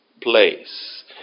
place